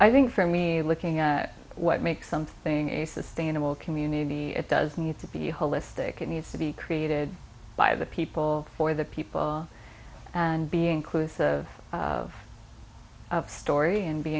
i think for me looking at what makes something a sustainable community it does need to be holistic it needs to be created by the people or the people and being close of story and be